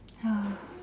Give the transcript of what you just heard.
ya